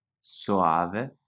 Soave